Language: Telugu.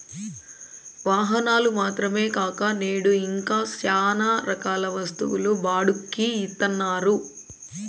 వాహనాలు మాత్రమే కాక నేడు ఇంకా శ్యానా రకాల వస్తువులు బాడుక్కి ఇత్తన్నారు